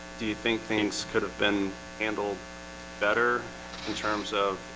do you think things could have been handled better in terms of?